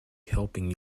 helping